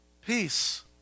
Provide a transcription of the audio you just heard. peace